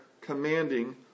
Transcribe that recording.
commanding